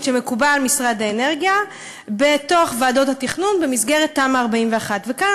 שמקובלת על משרד האנרגיה בתוך ועדות התכנון במסגרת תמ"א 41. וכאן